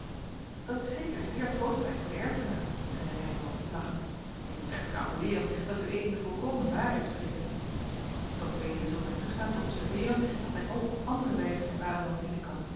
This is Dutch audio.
dat is zeker zeer troostrijk voor de erfgenamen zeide reynhove lachende ik moet echter avoueeren dat ued volkomen waarheid spreekt doch ued zult mij toestaan te observeeren dat men ook op andere wijzen zijn vaderland dienen kan